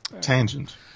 Tangent